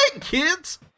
kids